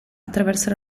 attraverso